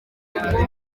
aho